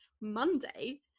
Monday